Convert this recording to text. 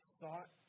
sought